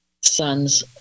son's